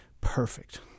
perfect